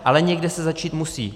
Ale někde se začít musí.